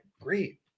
great